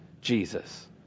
Jesus